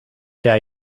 jij